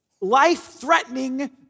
life-threatening